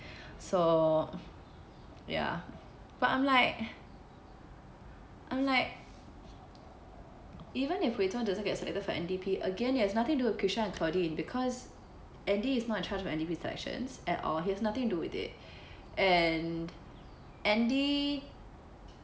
so ya but I'm like I'm like even if wei zong doesn't get selected for N_D_P again it has nothing to do with kresha and claudine because andy is not in charge of N_D_P's selections at all he has nothing to do with it and andy